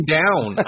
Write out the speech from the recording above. down